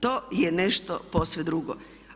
To je nešto posve drugo.